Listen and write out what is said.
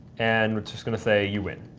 and we're just going to say, you win.